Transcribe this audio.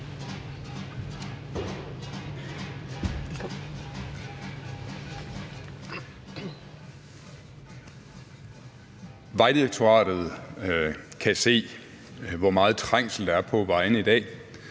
Vejdirektoratet kan se, hvor meget trængsel der er på vejene i dag,